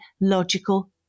logical